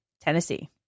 Tennessee